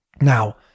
Now